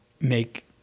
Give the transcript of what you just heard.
make